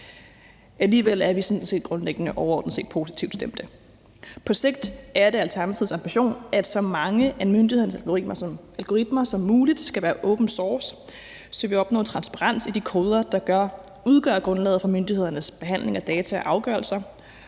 Alligevel er vi sådan set grundlæggende overordnet set positivt stemte. På sigt er det Alternativets ambition, at så mange af myndighedernes algoritmer som muligt skal være open source, så vi opnår transparens i de koder, der udgør grundlaget for myndighedernes behandling af data og afgørelser,